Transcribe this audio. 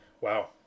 wow